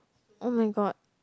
oh-my-god